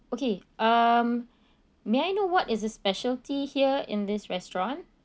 okay um may I know what is the specialty here in this restaurant